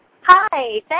Hi